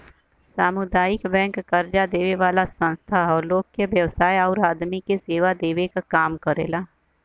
सामुदायिक बैंक कर्जा देवे वाला संस्था हौ लोग के व्यवसाय आउर आदमी के सेवा देवे क काम करेला